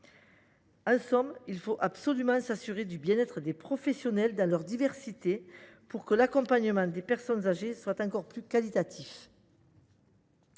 En somme, il faut absolument s’assurer du bien être des professionnels, dans leur diversité, pour que l’accompagnement des personnes âgées soit encore plus qualitatif.